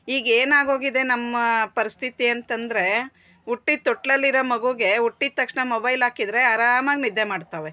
ಈಗ ಏನಾಗೋಗಿದೆ ನಮ್ಮ ಪರಿಸ್ಥಿತಿ ಅಂತೆಂದ್ರೆ ಹುಟ್ಟಿದ ತೊಟ್ಲಲ್ಲಿರೋ ಮಗುಗೆ ಹುಟ್ಟಿದ ತಕ್ಷ್ಣ ಮೊಬೈಲ್ ಹಾಕಿದ್ರೆ ಆರಾಮಾಗಿ ನಿದ್ದೆ ಮಾಡ್ತವೆ